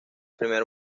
primer